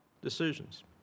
decisions